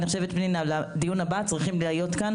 אני חושבת שבדיון הבא צריכים להיות כאן